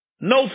No